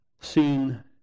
seen